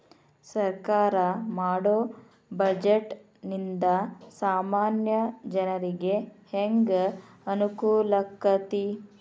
ಸರ್ಕಾರಾ ಮಾಡೊ ಬಡ್ಜೆಟ ನಿಂದಾ ಸಾಮಾನ್ಯ ಜನರಿಗೆ ಹೆಂಗ ಅನುಕೂಲಕ್ಕತಿ?